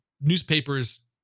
newspapers